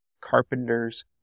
carpenters